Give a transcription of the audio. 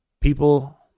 people